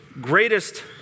greatest